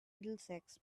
middlesex